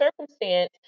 circumstance